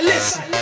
Listen